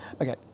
Okay